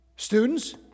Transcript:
Students